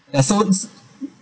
as so